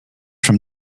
from